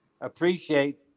appreciate